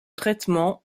traitement